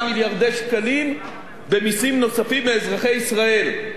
מיליארדי שקלים במסים נוספים מאזרחי ישראל.